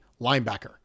linebacker